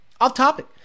Off-topic